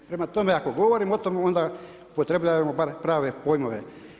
Prema tome, ako govorimo o tome onda upotrjebljavajmo bar prave pojmove.